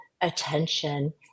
attention